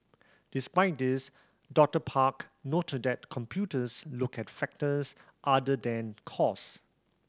despite this Doctor Park noted that computers look at factors other than cost